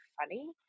funny